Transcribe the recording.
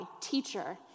teacher